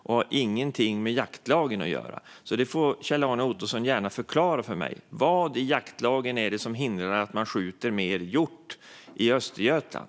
Det har inget med jaktlagen att göra. Kjell-Arne Ottosson får gärna förklara för mig vad i jaktlagen som hindrar att man skjuter mer hjort i Östergötland.